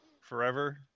forever